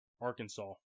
Arkansas